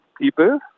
people